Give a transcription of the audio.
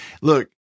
look